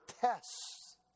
tests